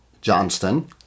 Johnston